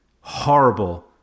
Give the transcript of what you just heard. horrible